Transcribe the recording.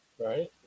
Right